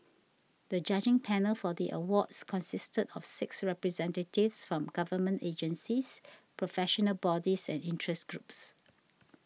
the judging panel for the Awards consisted of six representatives from government agencies professional bodies and interest groups